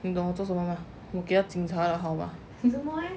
你懂我做什么 mah 我给他警察的号码